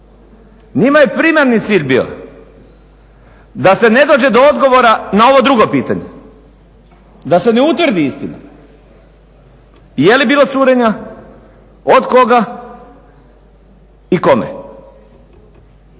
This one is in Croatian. Njima je primarni cilj bio da se ne dođe do odgovora na ovo drugo pitanje, da se ne utvrdi istina je li bilo curenja, od koga i kome,